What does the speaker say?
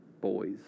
boys